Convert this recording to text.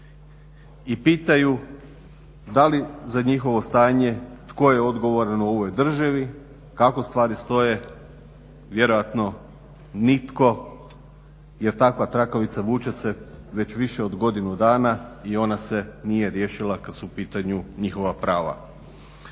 I pitaju da li za njihovo stanje tko je odgovoran u ovoj državi. Kako stvari stoje vjerojatno nitko, jer takva trakavica vuče se već više od godinu dana i ona se nije riješila kad su u pitanju njihova prava.